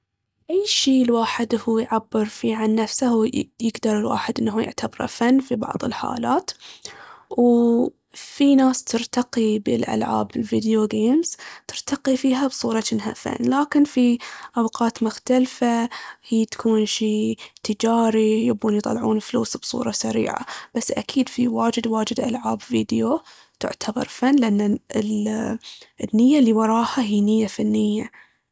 أي شي هو الواحد يعبر فيه عن نفسه هو يقدر يعتبره فن في بعض الحالات. وفي ناس ترتقي بالألعاب الفيديو غيمز، ترتقي فيها بصورة جنها فن، لكن في أوقات مختلفة هي تكون شي تجاري ويبغون يطلعون فلوس بصورة سريعة. بس أكيد في واجد واجد ألعاب فيديو تعتبر فن لأن أ- النية اللي وراها هي نية فنية.